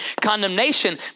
condemnation